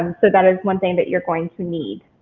um so that is one thing that you're going to need.